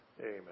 amen